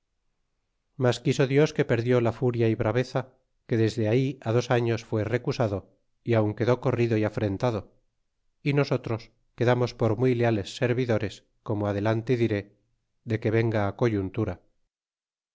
mas quiso dios que perdió la furia y braveza que desde ahí dos arios fe recusado y aun quedó corrido y afrentado y nosotros quedamos por muy leales servidores como adelante diré de que venga coyuntura